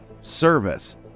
service